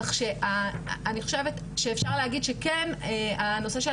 כך שאני חושבת שאפשר להגיד שכן הנושא של